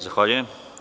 Zahvaljujem.